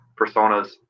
personas